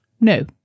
No